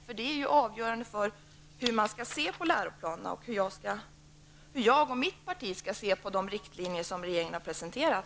Detta är avgörande för hur läroplanerna skall ses och för hur jag och mitt parti skall se på de riktlinjer som regeringen har presenterat.